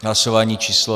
Hlasování číslo 61.